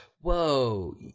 whoa